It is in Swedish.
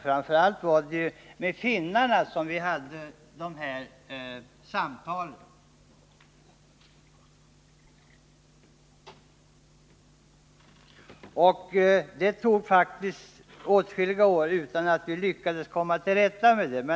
Framför allt med finnarna har vi haft samtal om detta. Det gick faktiskt åtskilliga år utan att vi lyckades komma någon vart med det.